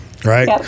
Right